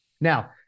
Now